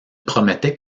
promettait